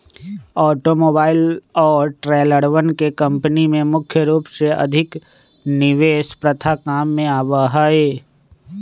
automobile और ट्रेलरवन के कम्पनी में मुख्य रूप से अधिक निवेश प्रथा काम में आवा हई